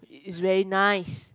it's very nice